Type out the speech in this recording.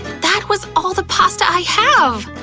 that was all the pasta i have.